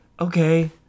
okay